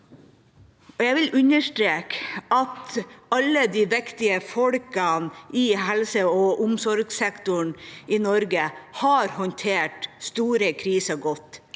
Jeg vil understreke at alle de viktige folkene i helseog omsorgssektoren i Norge har håndtert store kriser godt,